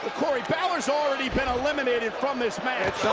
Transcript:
ah corey, balor's already been eliminated from this match.